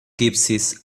gypsies